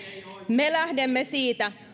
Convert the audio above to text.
me lähdemme siitä